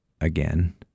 again